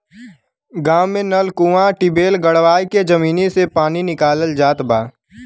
गांव में नल, कूंआ, टिबेल गड़वाई के जमीनी से पानी निकालल जात बा